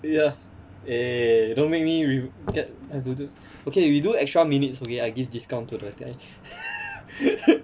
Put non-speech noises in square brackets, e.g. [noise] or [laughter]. !aiya! eh don't make me re~ get I've to do okay we do extra minutes okay I give discount to the guys [laughs]